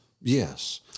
Yes